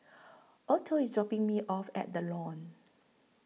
Otho IS dropping Me off At The Lawn